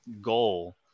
goal